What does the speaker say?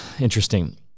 interesting